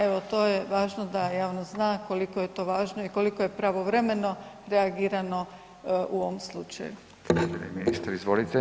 Evo to je važno da javnost zna koliko je to važno i koliko je pravovremeno reagirano u ovom slučaju.